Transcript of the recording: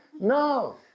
No